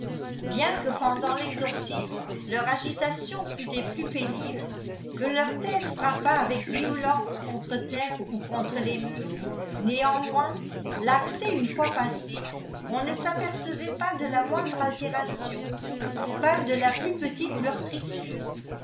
bieo que pendant l'exorenroe em igitatiod fût des plus pénibles que lenr été frappât afec violence contre terre on contre les murs néanmoins tacces une fois passé on ne s'aperceyait pas de la moindre altération pas de la pins petile meurtrissure